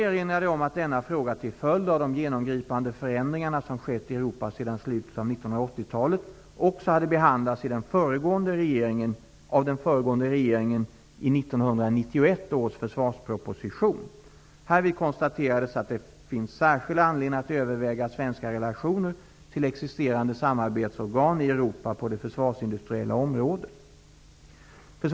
Då erinrade jag om att denna fråga, till följd av de genomgripande förändringar som skett i Europa sedan slutet av 1980-talet, också hade behandlats av den föregående regeringen i 1991 års försvarsproposition . Härvid konstaterades att det finns särskild anledning att överväga svenska relationer till existerande samarbetsorgan i Europa på det försvarsindustriella området.